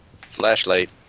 Flashlight